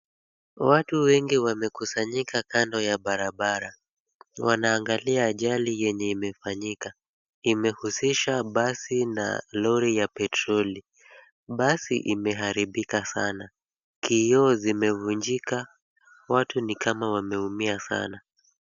Watu wengi wamekusanyika kando ya barabara. Wanaangalia ajali yenye imefanyika. Imehususha basi na lori la petroli. Basi limeharibika sana. Kioo zimevunjika, watu ni kama wameumia sana.